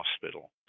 hospital